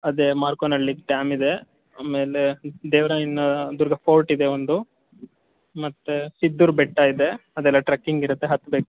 ಅದೇ ಮಾರ್ಕೋನಹಳ್ಳಿ ಡ್ಯಾಮ್ ಇದೆ ಆಮೇಲೆ ದೇವರಾಯನದುರ್ಗ ಫೋರ್ಟ್ ಇದೆ ಒಂದು ಮತ್ತು ಸಿದ್ದರ ಬೆಟ್ಟ ಇದೆ ಅದೆಲ್ಲ ಟ್ರಕಿಂಗ್ ಇರತ್ತೆ ಹತ್ತಬೇಕು